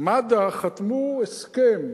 מד"א חתמו הסכם,